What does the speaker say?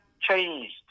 changed